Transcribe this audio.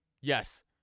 yes